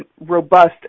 robust